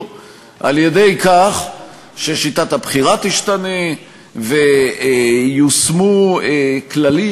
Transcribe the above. על-ידי כך ששיטת הבחירה תשתנה וייושמו כללים,